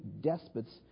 despots